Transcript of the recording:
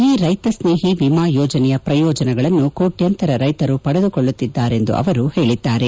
ಈ ರೈತ ಸ್ತೇಹಿ ವಿಮಾ ಯೋಜನೆಯ ಪ್ರಯೋಜನಗಳನ್ನು ಕೋಟ್ಯಾಂತರ ರೈತರು ಪಡೆದುಕೊಳ್ಳುತ್ತಿದ್ದಾರೆ ಎಂದು ಅವರು ಹೇಳಿದ್ದಾರೆ